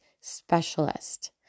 specialist